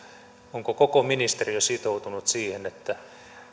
onko koko ministeriö sitoutunut siihen että